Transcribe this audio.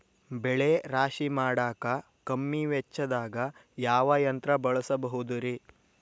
ಬೆಳೆ ರಾಶಿ ಮಾಡಾಕ ಕಮ್ಮಿ ವೆಚ್ಚದಾಗ ಯಾವ ಯಂತ್ರ ಬಳಸಬಹುದುರೇ?